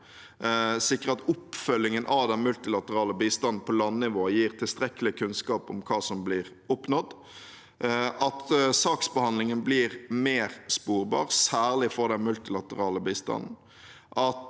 sikre at oppfølgingen av den multilaterale bistanden på landnivå gir tilstrekkelig kunnskap om hva som blir oppnådd – at saksbehandlingen blir mer sporbar, særlig for den multilaterale bistanden